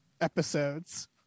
episodes